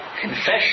Confession